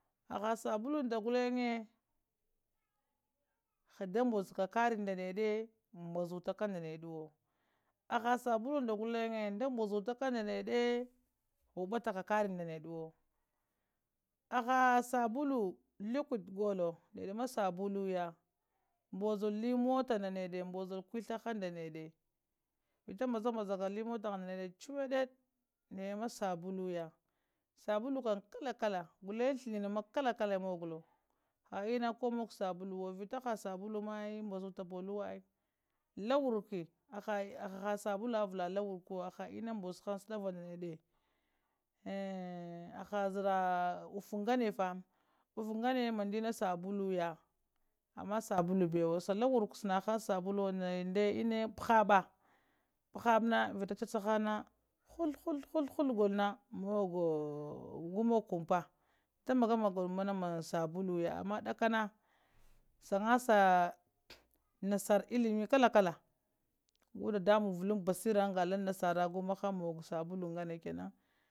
Haha sabulu gullen nda mbozka karri ndanede mbuzakaka ndanede wo aha sabulu nda gullen da mbazutaka ndanede hubataka karri ndanedewo haha sabulu liquid golo ned ma sabuluyo mbozolo li mota ndanede mbozo li kuthahandanede vita mbazambaza ka li motaha ndanede chuwede nedema sabuluya sabulu kam kala kala gullen thinini ma kalakale mu golo hainna kollowo mug sabuluwo vita ha sabuluwma mbazuta bollowo ai lah warrki ha sabulu avva lang warkuwo aha ena mbozo hamg shadava ndanede aha zaraha uttu ngameffa uffu nganede mindina sabuluya ama sabulu ɓewo sha, la warki sanahang sabuluwo nda ina ya phahapha, phahapha na vita chaca hamg na huth huth huth gulna mogowo ƙumpha vita manna mannalo sabuluya ama ɗaƙkana shangasa nassara illimi ƙala ƙala gu daɗanmɓan vullanta'a basiraha anpa allang nassara gu hang mogowo sabulu ngane